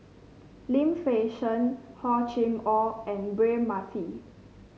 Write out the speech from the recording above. Lim Fei Shen Hor Chim Or and Braema Mathi